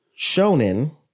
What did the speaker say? shonen